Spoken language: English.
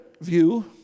view